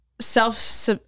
self